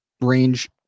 range